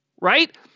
Right